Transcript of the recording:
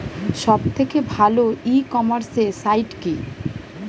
সব থেকে ভালো ই কমার্সে সাইট কী?